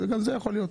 גם זה יכול להיות.